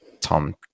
Tom